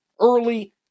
early